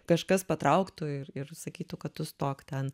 kažkas patrauktų ir ir sakytų kad tu stok ten